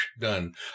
Done